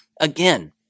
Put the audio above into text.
Again